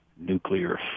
nuclear